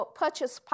purchase